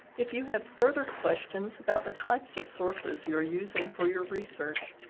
if you have further questions about the types of sources you're using for your research,